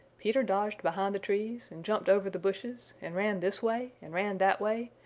peter dodged behind the trees, and jumped over the bushes, and ran this way and ran that way,